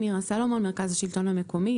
אני מירה סלומון ממרכז השלטון המקומי.